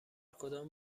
کدام